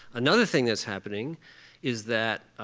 another thing that's happening is that